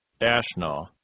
Ashna